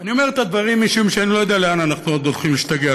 אני אומר את הדברים משום שאני לא יודע לאן אנחנו עוד הולכים להשתגע,